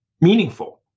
meaningful